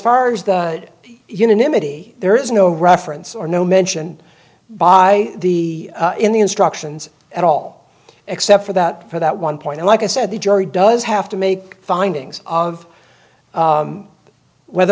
far as the unanimity there is no reference or no mention by the in the instructions at all except for that for that one point like i said the jury does have to make findings of whether